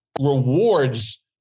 rewards